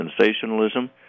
sensationalism